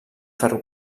ferro